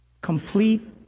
Complete